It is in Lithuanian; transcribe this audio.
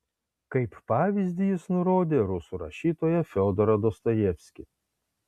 kaip pavyzdį jis nurodė rusų rašytoją fiodorą dostojevskį